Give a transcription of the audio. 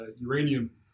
uranium